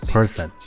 Person